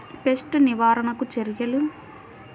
Pest నివారణకు చర్యలు?